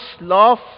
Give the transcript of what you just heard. laugh